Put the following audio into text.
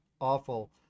awful